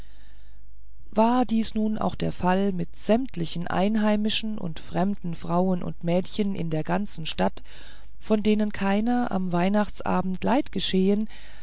war dies nun auch der fall mit sämtlichen einheimischen und fremden frauen und mädchen in der ganzen stadt von denen keiner am weihnachtsabende leids geschehen